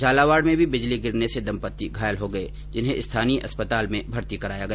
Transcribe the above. झालावाड में भी बिजली गिरने से दंपत्ति घायल हो गये जिन्हें स्थानीय अस्पताल में भर्ती कराया गया